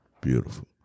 Beautiful